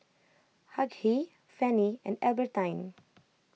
Hughie Fanny and Albertine